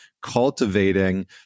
cultivating